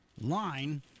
line